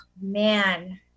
Man